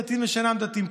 דתיים ושאינם דתיים.